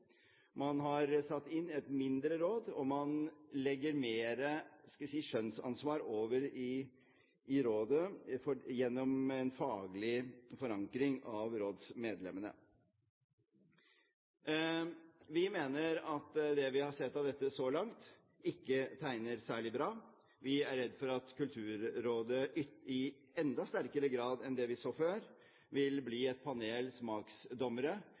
Man har satt inn et mindre råd, og man legger mer – hva skal jeg si – skjønnsansvar over i rådet gjennom en faglig forankring av rådsmedlemmene. Vi mener at det vi har sett av dette så langt, ikke tegner særlig bra. Vi er redd for at Kulturrådet i enda sterkere grad enn det vi så før, vil bli et panel smaksdommere